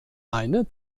eine